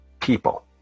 people